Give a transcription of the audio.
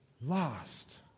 lost